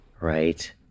right